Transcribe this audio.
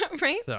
Right